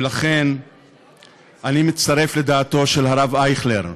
ולכן אני מצטרף לדעתו של הרב אייכלר.